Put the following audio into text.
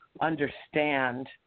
understand